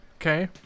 okay